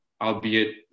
albeit